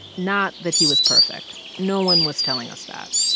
not that he was perfect. no one was telling us that.